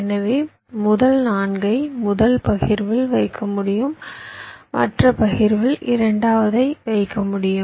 எனவே முதல் 4 ஐ முதல் பகிர்வில் வைக்க முடியும் மற்ற பகிர்வில் இரண்டாவது வைக்க முடியும்